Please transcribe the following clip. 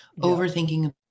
Overthinking